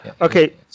Okay